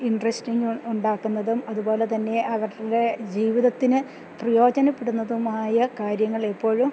interesting ഉണ്ടാക്കുന്നതും അതുപോലെത്തന്നെ അവരുടെ ജീവിതത്തിന് പ്രയോജനപ്പെടുന്നതുമായ കാര്യങ്ങൾ എപ്പോഴും